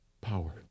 Power